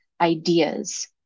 ideas